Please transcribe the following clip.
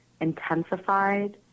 intensified